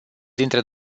dintre